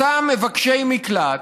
אותם מבקשי מקלט,